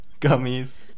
gummies